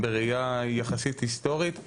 בדיוק הסטנדרטיזציה בנושא הזה תתהווה ותהיה רווח לכולנו.